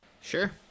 Sure